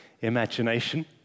imagination